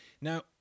Now